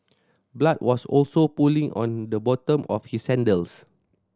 blood was also pooling on the bottom of his sandals